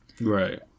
right